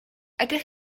ydych